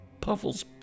Puffles